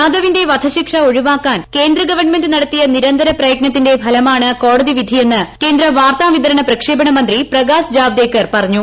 ജാദവിന്റെ വധശിക്ഷ ഒഴിവാക്കാൻ കേന്ദ്ര ഗവൺമെന്റ് നടത്തിയ നിരന്തര പ്രയത്നത്തിന്റെ ഫലമാണ് കോടതി വിധിയെന്ന് വാർത്താവിതരണ പ്രക്ഷേപണ മന്ത്രി പ്രകാശ് ജാവ്ദേക്കർ പറഞ്ഞു